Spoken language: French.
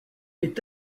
est